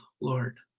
Lord